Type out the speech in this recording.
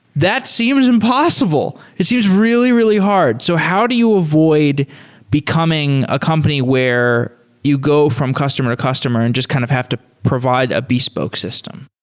that seems impossible. it seems really, really hard. so, how do you avoid becoming a company where you go from customer to customer and just kind of have to provide a bespoke system?